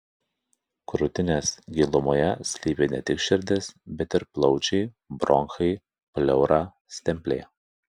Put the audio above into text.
krūtinės gilumoje slypi ne tik širdis bet ir plaučiai bronchai pleura stemplė